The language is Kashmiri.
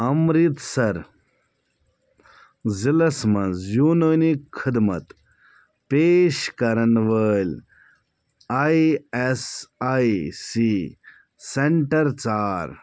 امرِتسَر ضلعس مَنٛز یوٗنٲنی خدمت پیش کرن وٲلۍ I S I C centre ژار